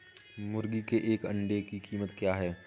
मुर्गी के एक अंडे की कीमत क्या है?